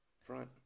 front